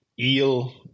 eel